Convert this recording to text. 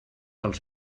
els